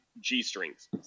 g-strings